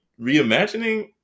reimagining